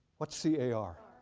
what's c a r?